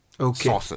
Okay